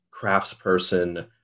craftsperson